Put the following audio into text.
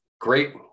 Great